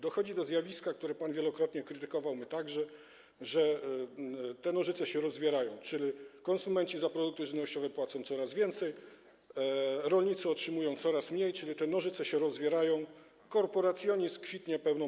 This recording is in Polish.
Dochodzi do zjawiska, które pan wielokrotnie krytykował, my także, że te nożyce się rozwierają, czyli konsumenci za produkty żywnościowe płacą coraz więcej, a rolnicy otrzymują coraz mniej, czyli te nożyce się rozwierają, korporacjonizm kwitnie w pełni.